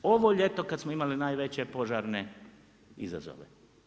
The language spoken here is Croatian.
Ovo ljeto kad smo imali najveće požarne izazove.